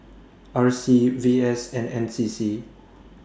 R C V S and N C C